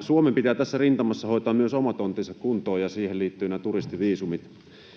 Suomen pitää tässä rintamassa hoitaa myös oma tonttinsa kuntoon, ja siihen liittyvät nämä turistiviisumit.